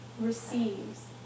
receives